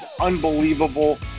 unbelievable